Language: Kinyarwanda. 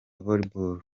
volleyball